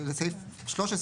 לסעיף (13),